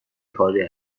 کاری